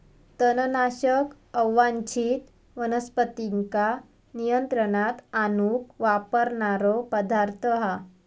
तणनाशक अवांच्छित वनस्पतींका नियंत्रणात आणूक वापरणारो पदार्थ हा